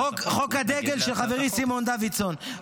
חוק הדגל של חברי סימון דוידסון,